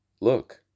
Look